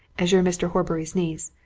as you're mr. horbury's niece.